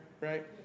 right